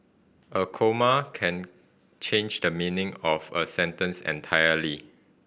a comma can change the meaning of a sentence entirely